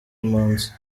impunzi